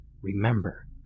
Remember